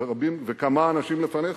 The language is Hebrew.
וכמה אנשים לפניך.